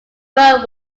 throw